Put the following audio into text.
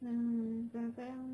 hmm kadang-kadang